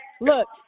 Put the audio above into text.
Look